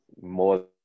More